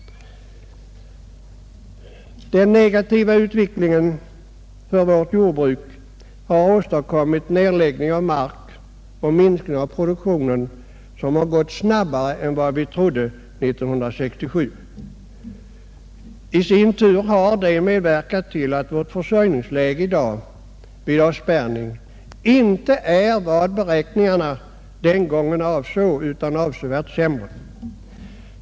Den negativa utvecklingen för vårt jordbruk har ästadkommit nedläggning av odlad mark och minskning av produktionen i snabbare takt än vad vi trodde 1967. I sin tur har detta medverkat till att vårt försörjningsläge i dag vid avspärrning inte är vad beräkningarna den gången avsåg utan avsevärt sämre.